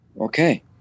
Okay